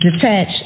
Detach